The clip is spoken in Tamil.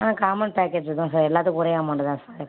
ஆ காமன் பேக்கேஜ் தான் சார் எல்லாத்துக்கும் ஒரே அமௌண்டு தான் சார்